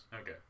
Okay